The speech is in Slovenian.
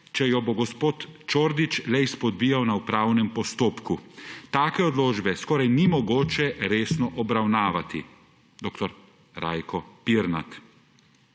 če jo bo gospod Čordić le izpodbijal na upravnem postopku. Take odločbe skoraj ni mogoče resno obravnavati,« dr. Rajko Pirnat.